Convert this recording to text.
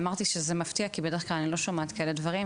ואמרתי שזה מפתיע כי בדרך כלל אני לא שומעת כאלה דברים,